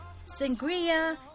sangria